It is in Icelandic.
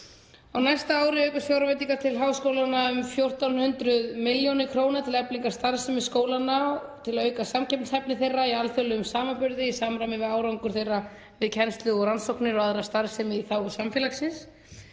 Á næsta ári aukast fjárveitingar til háskólanna um 1.400 millj. kr. til eflingar starfsemi skólanna og til að auka samkeppnishæfni þeirra í alþjóðlegum samanburði í samræmi við árangur þeirra við kennslu og rannsóknir og aðra starfsemi í þágu samfélagsins.